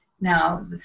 Now